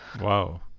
wow